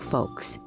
Folks